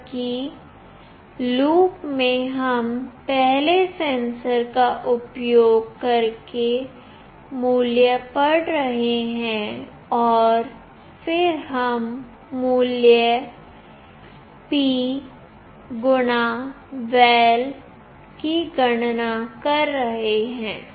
जबकि लूप में हम पहले सेंसर का उपयोग करकेमूल्य पढ़ रहे हैं और फिर हम मूल्य p val की गणना कर रहे हैं